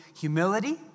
humility